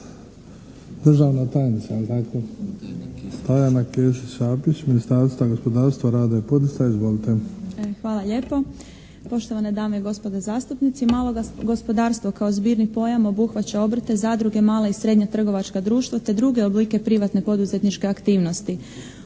Državna tajnica, jel tako, Tajana Kesić Šapić, Ministarstva gospodarstva, rada i poduzetništva. Izvolite. **Kesić-Šapić, Tajana** Hvala lijepo. Poštovane dame i gospodo zastupnici, malo gospodarstvo kao zbirni pojam obuhvaća obrte, zadruge, mala i srednja trgovačka društva te druge oblike privatne poduzetničke aktivnosti.